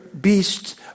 beasts